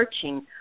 searching